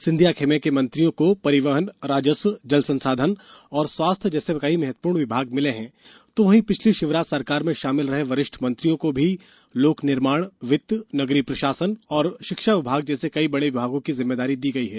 सिंधिया खेमें के मंत्रियों को परिवहन राजस्व जल संसाधन और स्वास्थ जैसे कई महत्वपूर्ण विभाग मिले हैं तो वहीं पिछली शिवराज सरकार में शामिल रहे वरिष्ठ मंत्रियों को भी लोक निर्माण वित्त नगरीय प्रशासन और शिक्षा विभाग जैसे कई बड़े विभागों की जिम्मेदारी दी गई है